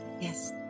yes